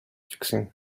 fixing